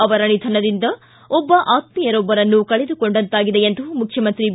ಅವರ ನಿಧನದಿಂದ ಒಬ್ಬ ಆಕ್ಶೀಯರೊಬ್ಬರನ್ನು ಕಳೆದುಕೊಂಡಂತಾಗಿದೆ ಎಂದು ಮುಖ್ಯಮಂತ್ರಿ ಬಿ